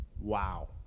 Wow